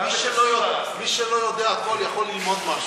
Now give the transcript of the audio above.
מי שלא יודע הכול יכול ללמוד משהו,